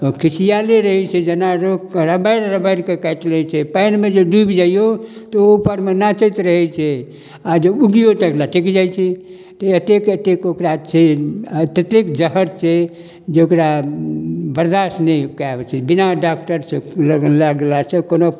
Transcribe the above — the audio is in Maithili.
ओ खिसियेले रहै छै जेना रोकिकऽ रबारि रबारि कऽ काटि लै छै पानिमे जे डुबि जाइयौ तऽ ओ उपरमे नाचैत रहै छै आओर जे उगियौ तऽ लटकि जाइ छै तऽ एतेक एतेक ओकरा छै आओर ततेक जहर छै जे ओकरा बरदास्त नहि कए होइ छै बिना डॉक्टरसँ लगल लागलासँ कोनो